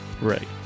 Right